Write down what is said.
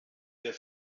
der